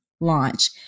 launch